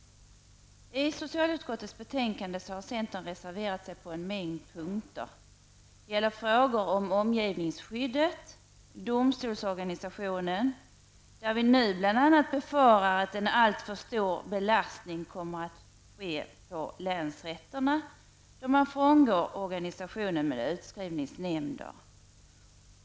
I socialutskottets betänkande har centern reserverat sig på en mängd punkter. Det gäller frågor om omgivningsskyddet och domstolsorganisationen. Vi befarar bl.a. att det kommer att bli en allt för stor belastning på länsrätterna när man frångår organisationen med utskrivningsnämnder.